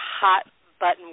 hot-button